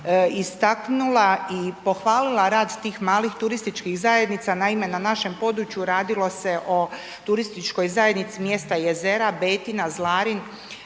istaknula i pohvalila rad tih malih turističkih zajednica. Naime, na našem području radilo se o Turističkoj zajednici mjesta Jezera, Betina, Zlarin,